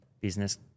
business